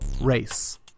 race